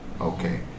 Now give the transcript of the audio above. Okay